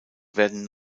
werden